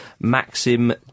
Maxim